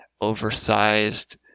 oversized